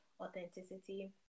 authenticity